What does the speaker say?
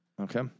Okay